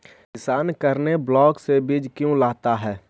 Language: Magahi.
किसान करने ब्लाक से बीज क्यों लाता है?